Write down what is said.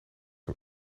een